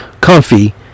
Comfy